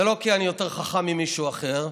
זה לא כי אני יותר חכם ממישהו אחר,